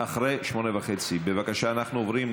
אחרי 20:30. בבקשה, אנחנו עוברים,